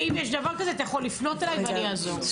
ואם יש דבר כזה אתה יכול לפנות אליי ואני אעזור.